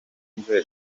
nzego